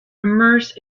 immerse